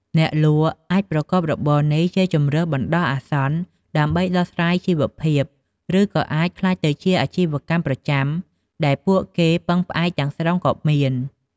អ្នកលក់អាចប្រកបរបរនេះជាជម្រើសបណ្ដោះអាសន្ន ដើម្បីដោះស្រាយជីវភាព ឬក៏អាចក្លាយទៅជាអាជីវកម្មប្រចាំដែលពួកគេពឹងផ្អែកទាំងស្រុងក៏មាន។